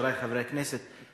חברי חברי הכנסת,